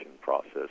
process